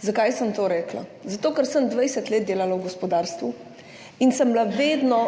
Zakaj sem to rekla? Zato, ker sem 20 let delala v gospodarstvu in sem bila vedno